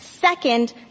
Second